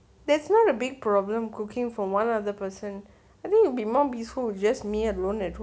that's not a big problem cooking from one another person I think it'll be more peaceful just me alone at home